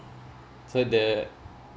so the